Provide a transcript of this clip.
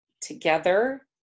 together